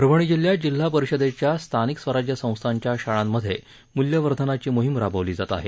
परभणी जिल्ह्यात जिल्हा परिषदेसह स्थानिक स्वराज्य संस्थांच्या शाळांमध्ये मूल्यवर्धनाची मोहीम राबवली जात आहे